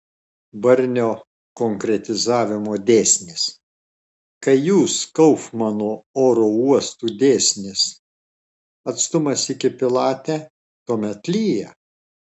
barnio konkretizavimo dėsnis kai jūs kaufmano oro uostų dėsnis atstumas iki pilate tuomet lyja